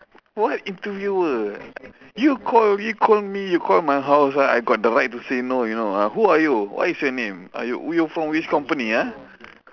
what interviewer you call you call me you call my house right I got the right to say no you know ah who are you what is your name uh you you from which company ah